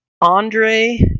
Andre